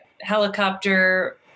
helicopter